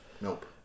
Nope